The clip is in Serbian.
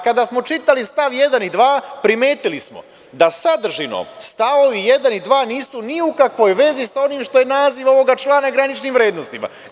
Kada smo čitali stav 1. i 2. primetili smo da sadržinom stavovi 1. i 2. nisu ni u kakvoj vezi sa onim što je naziv ovoga člana i graničnim vrednostima.